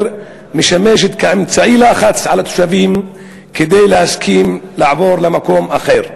תשמש כאמצעי לחץ על התושבים להסכים לעבור למקום אחר.